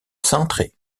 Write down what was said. cintré